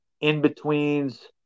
In-Betweens